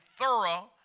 thorough